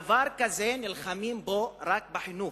דבר כזה, נלחמים בו רק בחינוך,